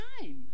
time